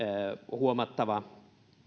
huomattava